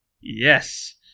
Yes